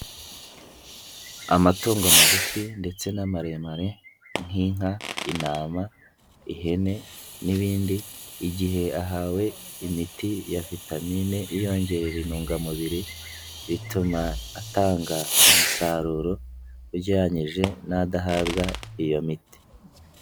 Amatungo magufi ndetse n'amaremare nk'inka, intama, ihene n'ibindi, igihe ahawe imiti ya vitamine iyongerera intungamubiri, bituma atanga umusaruro, ugereranyije n'adahabwa iyo miti.